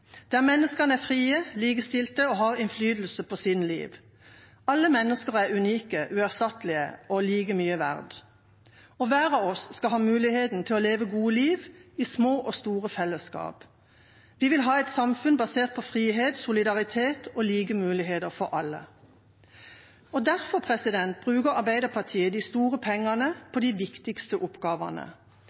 der menneskene er fri, likestilt og har innflytelse på sine liv. Alle mennesker er unike, uerstattelige og like mye verdt, og hver av oss skal ha muligheten til å leve et godt liv, i små og store fellesskap. Vi vil ha et samfunn basert på frihet, solidaritet og like muligheter for alle. Derfor bruker Arbeiderpartiet de store pengene på de viktigste oppgavene,